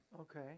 Okay